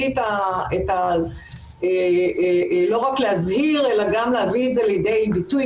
לא רק להזהיר אלא גם להביא את זה לידי ביטוי,